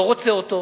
לא רוצה אותו.